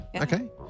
okay